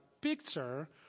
picture